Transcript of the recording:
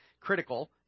critical